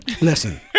Listen